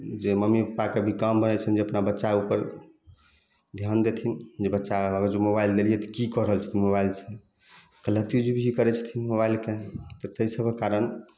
जे mummy papa कभी काम रहै छनि जे अपना बच्चा ऊपर ध्यान देथिन जे बच्चा अगर मोबाइल देलिए तऽ की कऽ रहल छथिन मोबाइल से गलत यूज भी करै छथिन मोबाइलके तऽ ताहि सभके कारण